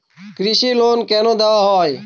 কৃষি লোন কেন দেওয়া হয়?